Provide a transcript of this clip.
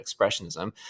Expressionism